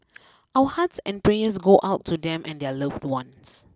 our hearts and prayers go out to them and their loved ones